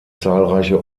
zahlreiche